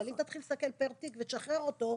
אם תתחיל להסתכל פר תיק ותשחרר אותו,